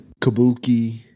Kabuki